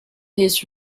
his